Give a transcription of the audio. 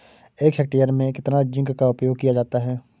एक हेक्टेयर में कितना जिंक का उपयोग किया जाता है?